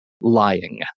lying